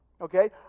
Okay